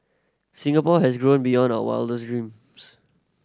Singapore has grown beyond our wildest dreams